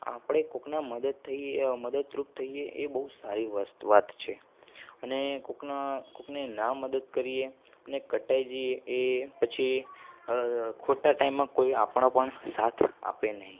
આપણે કોઈકના મદદ થઈએ મદદરૂપ થઈએ એ બહુ સારી વાત છે અને કોઈકના કોઈકને ના મદદ કરીએ અને કટાઈ જઈએ એ પછી ખોટા ટાઈમમાં કોઈ આપણો પણ સાથ આપે નહીં